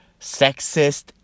sexist